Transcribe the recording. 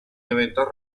eventos